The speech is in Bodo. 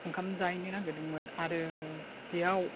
ओंखाम जाहैनो नागिरदोंमोन आरो बेयाव